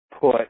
put